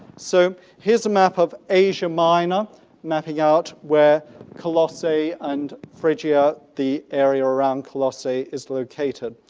so here's a map of asia minor mapping out where colossae and phrygia, the area around colossae, is located.